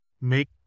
make